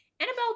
Annabelle